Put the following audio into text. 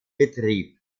betrieb